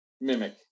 mimic